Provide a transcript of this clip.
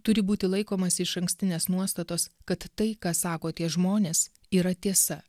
turi būti laikomasi išankstinės nuostatos kad tai ką sako tie žmonės yra tiesa